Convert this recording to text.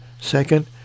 Second